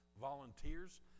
volunteers